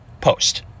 post